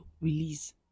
release